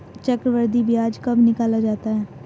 चक्रवर्धी ब्याज कब निकाला जाता है?